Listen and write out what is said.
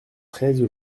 treize